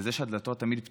וזה שהדלתות תמיד פתוחות.